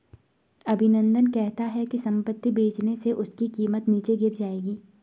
अभिनंदन कहता है कि संपत्ति बेचने से उसकी कीमत नीचे गिर जाएगी